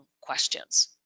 questions